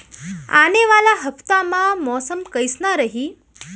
आने वाला हफ्ता मा मौसम कइसना रही?